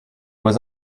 was